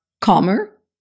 calmer